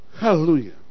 Hallelujah